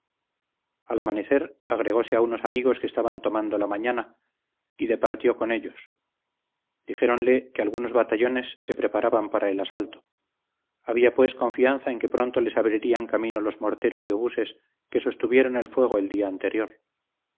al amanecer agregose a unos amigos que estaban tomando la mañana y departió con ellos dijéronle que algunos batallones se preparaban para el asalto había pues confianza en que pronto les abrirían camino los morteros y obuses que sostuvieron el fuego el día anterior